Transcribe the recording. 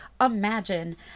imagine